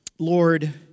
Lord